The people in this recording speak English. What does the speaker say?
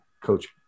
coach